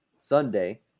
Sunday